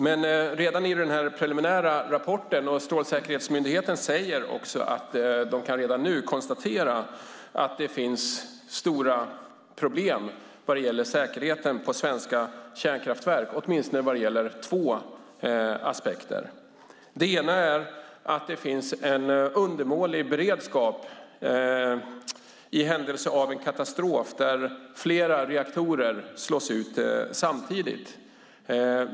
Men redan nu, och i den preliminära rapporten, säger Strålsäkerhetsmyndigheten att man kan konstatera att det finns stora problem med säkerheten på svenska kärnkraftverk - åtminstone i två aspekter. Den ena är att det finns en undermålig beredskap i händelse av en katastrof där flera reaktorer slås ut samtidigt.